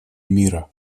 мира